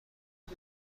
حال